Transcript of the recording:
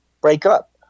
breakup